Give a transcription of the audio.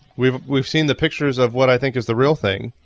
we've we've seen the pictures of what i think is the real thing.